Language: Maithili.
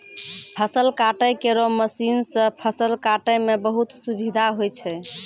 फसल काटै केरो मसीन सँ फसल काटै म बहुत सुबिधा होय छै